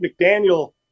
McDaniel